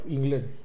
England